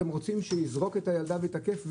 אתם רוצים שיזרוק את הילדה ויתקף?